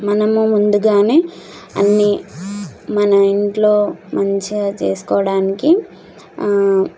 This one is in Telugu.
మనము ముందుగానే అన్నీ మన ఇంట్లో మంచిగా చేసుకోవడానికి